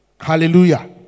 Hallelujah